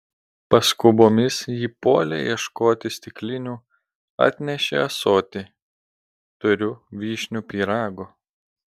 paskubomis ji puolė ieškoti stiklinių atnešė ąsotį turiu vyšnių pyrago